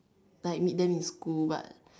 like meet them in school but